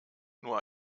nur